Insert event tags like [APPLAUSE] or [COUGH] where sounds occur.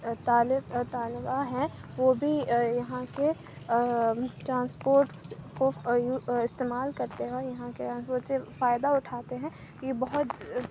طالب طالبہ ہیں وہ بھی یہاں کے ٹرانسپورٹ کو استعمال کرتے ہیں اور یہاں کے [UNINTELLIGIBLE] سے فائدہ اٹھاتے ہیں یہ بہت